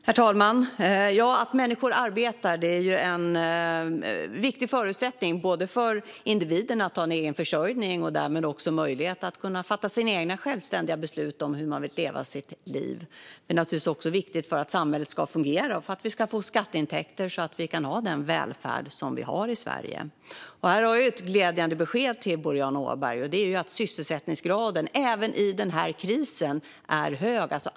Herr talman! Att människor arbetar är en viktig förutsättning för individens försörjning och möjlighet att fatta egna, självständiga beslut om hur man vill leva sitt liv. Det är givetvis också viktigt för att samhället ska fungera och för att vi ska få skatteintäkter så att vi kan ha den välfärd vi har i Sverige. Jag har ett glädjande besked till Boriana Åberg, och det är att sysselsättningsgraden även i denna kris är hög.